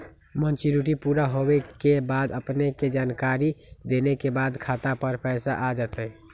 Maturity पुरा होवे के बाद अपने के जानकारी देने के बाद खाता पर पैसा आ जतई?